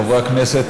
חברי הכנסת,